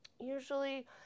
usually